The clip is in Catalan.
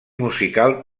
musical